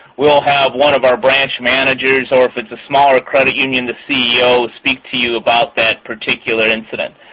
we'll have one of our branch managers-or if it's a smaller credit union, the ceo-will speak to you about that particular incident.